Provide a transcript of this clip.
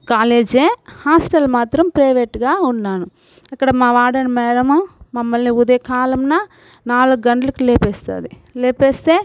college hostel మాత్రం ప్రైవేట్గా ఉన్నాను మా వార్డెన్ మ్యాడము మమ్మల్ని ఉదయకాలమున నాలుగు గంటలకి లేపేస్తుంది లేపేస్తే